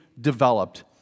developed